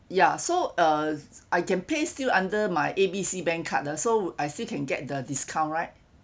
ya so uh I can play still under my A B C bank card ah so I still can get the discount right